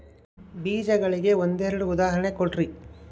ಬೇಜಗಳಿಗೆ ಒಂದೆರಡು ಉದಾಹರಣೆ ಕೊಡ್ರಿ?